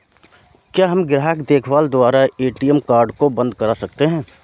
क्या हम ग्राहक देखभाल द्वारा ए.टी.एम कार्ड को बंद करा सकते हैं?